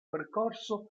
percorso